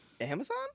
Amazon